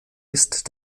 ist